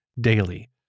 daily